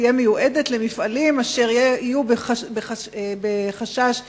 תהיה מיועדת למפעלים אשר יהיו בחשש לקריסה.